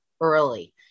early